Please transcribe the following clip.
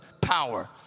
power